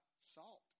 salt